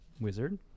wizard